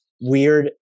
weird